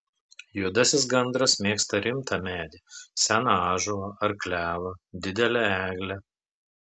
juodasis gandras mėgsta rimtą medį seną ąžuolą ar klevą didelę eglę